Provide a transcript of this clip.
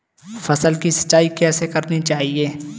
फसल की सिंचाई कैसे करनी चाहिए?